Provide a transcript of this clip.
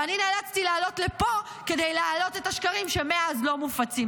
ואני נאלצתי לעלות לפה כדי להעלות את השקרים שמאז לא מופצים.